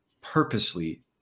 purposely